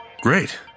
Great